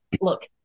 Look